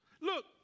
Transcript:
Look